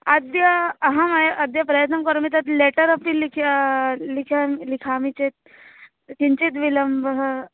अद्य अहमयं अद्य प्रयत्नं करोमि तत् लेटर् अपि लिखितं लिखामि लिखामि चेत् किञ्चित् विलम्बः